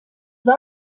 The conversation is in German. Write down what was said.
war